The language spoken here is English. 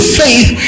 faith